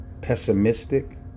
pessimistic